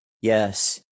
Yes